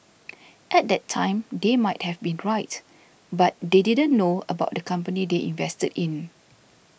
at that time they might have been right but they didn't know about the company they invested in